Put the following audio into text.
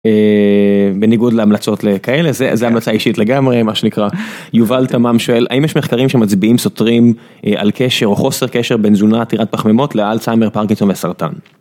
בניגוד להמלצות לכאלה, זה המלצה אישית לגמרי, מה שנקרא. יובל תמם שואל האם יש מחקרים שמצביעים סותרים על קשר או חוסר קשר בין תזונה עתירת פחמימות לאלצהיימר, פרקינסון וסרטן.